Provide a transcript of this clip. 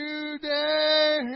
Today